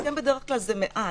הסכם בדרך כלל זה מעט,